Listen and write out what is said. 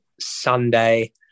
Sunday